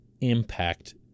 impact